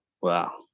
Wow